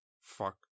Fuck